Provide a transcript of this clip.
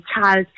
child